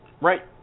Right